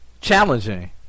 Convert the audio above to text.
challenging